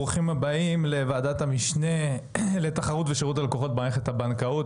ברוכים הבאים לוועדת המשנה לתחרות ושירות הלקוחות במערכת הבנקאות.